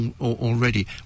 already